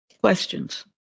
Questions